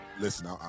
Listen